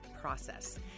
Process